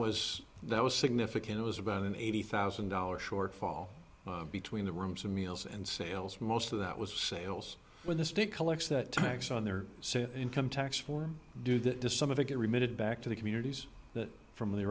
was that was significant was about an eighty thousand dollars shortfall between the rooms and meals and sales most of that was sales when the state collects that tax on their income tax form do that to some of it to remit it back to the communities that from the